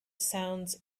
sounds